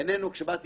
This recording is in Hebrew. אין לי בעיה